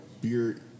beer